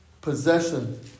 possession